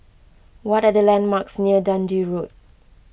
what are the landmarks near Dundee Road